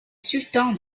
sultan